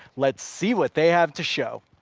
let's see what they have to show.